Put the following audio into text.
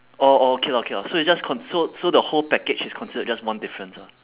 orh orh okay lah okay lah so it's just con~ so so the whole package is considered just one difference ah